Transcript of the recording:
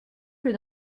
que